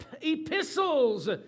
epistles